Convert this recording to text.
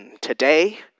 today